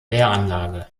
wehranlage